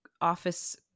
office